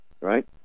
right